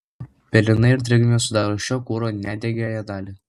pelenai ir drėgmė sudaro šio kuro nedegiąją dalį